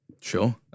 Sure